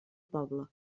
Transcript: poble